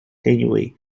anyway